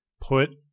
put